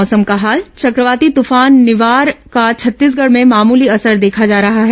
मौसम चक्रवाती तूफान निवार का छत्तीसगढ़ में मामूली असर देखा जा रहा है